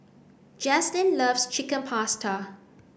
Jazlynn loves Chicken Pasta